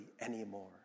anymore